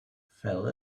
fell